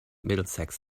middlesex